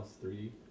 three